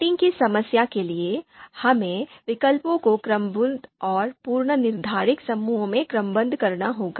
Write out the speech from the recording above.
sorting की समस्या के लिए हमें विकल्पों को क्रमबद्ध और पूर्वनिर्धारित समूहों में क्रमबद्ध करना होगा